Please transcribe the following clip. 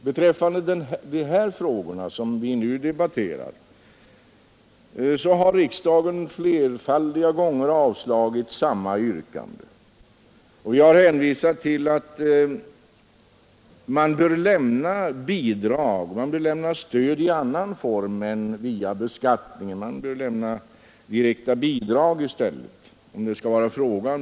Beträffande de frågor som vi nu debatterar har riksdagen flerfaldiga gånger avslagit samma yrkanden, och vi har hänvisat till att man bör lämna stöd i annan form än via beskattningen. Man bör i stället ge direkta bidrag, om någon hjälp skall lämnas.